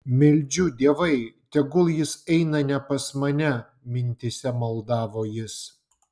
meldžiu dievai tegul jis eina ne pas mane mintyse maldavo jis